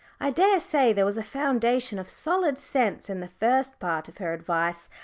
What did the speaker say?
i daresay there was a foundation of solid sense in the first part of her advice.